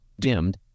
dimmed